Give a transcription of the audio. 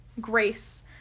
grace